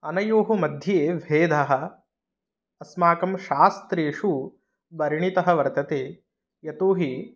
अनयोः मध्ये भेदः अस्माकं शास्त्रेषु वर्णितः वर्तते यतो हि